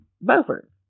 Beaufort